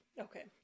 okay